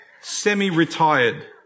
semi-retired